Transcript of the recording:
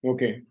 Okay